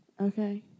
Okay